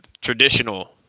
traditional